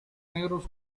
negros